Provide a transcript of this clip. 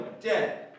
dead